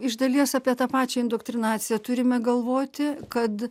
iš dalies apie tą pačią indoktrinaciją turime galvoti kad